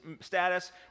status